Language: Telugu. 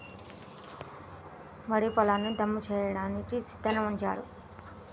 వరి పొలాల్ని దమ్ము చేయడానికి సిద్ధంగా ఉంచారు